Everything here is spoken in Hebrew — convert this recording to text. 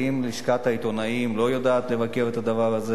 ואם לשכת העיתונאים לא יודעת לבקר את הדבר הזה,